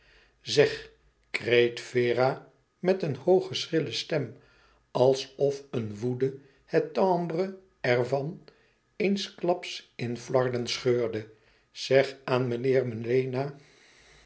zeg kreet vera met een hooge schrille stem alsof eene woede het timbre ervan eensklaps in flarden scheurde zeg aan meneer melena